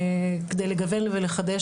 כדי לגוון ולחדש,